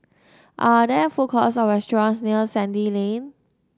are there food courts or restaurants near Sandy Lane